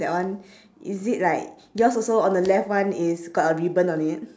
that one is it like yours also on the left one is got a ribbon on it